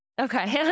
Okay